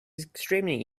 extremely